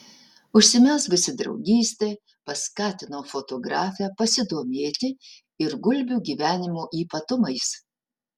užsimezgusi draugystė paskatino fotografę pasidomėti ir gulbių gyvenimo ypatumais